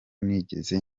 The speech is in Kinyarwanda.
nigeze